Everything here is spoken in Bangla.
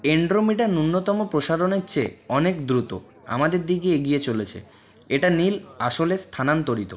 এন্ড্রোমেডা নূন্যতম প্রসারণের চেয়ে অনেক দ্রুত আমাদের দিকে এগিয়ে চলেছে এটা নীল আসলে স্থানান্তরিত